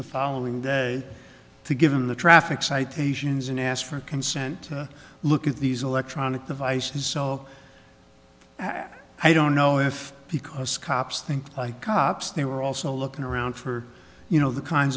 the following day to give them the traffic citations and asked for consent to look at these electronic devices so i don't know if because cops think like cops they were also looking around for you know the kinds